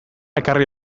ekarri